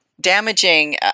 damaging